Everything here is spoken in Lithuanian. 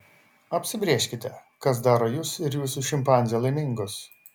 apsibrėžkite kas daro jus ir jūsų šimpanzę laimingus